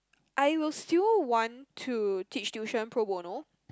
I will still want to teach tuition pro bono